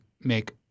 make